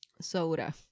soda